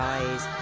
Eyes